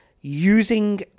using